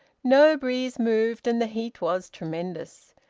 no breeze moved, and the heat was tremendous.